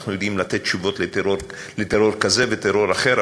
אנחנו יודעים לתת תשובות לטרור כזה וטרור אחר,